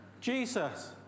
Jesus